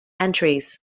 entries